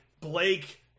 Blake